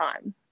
time